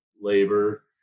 labor